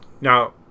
Now